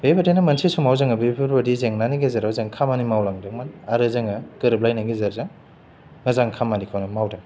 बे बायदिनो मोनसे समाव जोङो बेफोरबायदि जेंनानि गेजेराव जों खामानि मावलांदोंमोन आरो जोङो गोरोबलायनायनि गेजेरजों मोजां खामानिखौनो मावदों